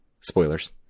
spoilers